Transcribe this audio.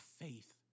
faith